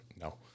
no